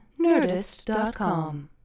Nerdist.com